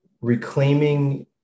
reclaiming